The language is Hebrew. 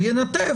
זה נעשה